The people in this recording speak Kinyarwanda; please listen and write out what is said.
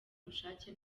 ubushake